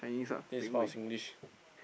this Singlish